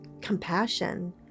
compassion